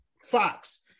Fox